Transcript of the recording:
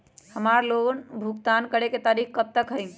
हमार लोन भुगतान करे के तारीख कब तक के हई?